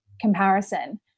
comparison